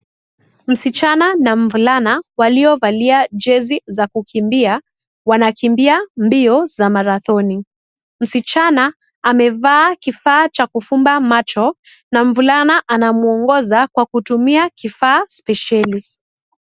Msichana na mvulana, waliovalia jezi za kukimbia, wanakimbia mbio za marathoni. Msichana amevaa kifaa cha kufumba macho, na mvulana anamuongoza kwa kutumia kifaa spesheli.